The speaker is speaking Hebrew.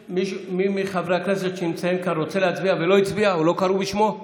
יש מי מחברי הכנסת שנמצאים כאן ורוצה להצביע ולא הצביע או לא קראו בשמו?